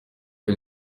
que